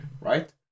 right